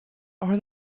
are